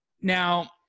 Now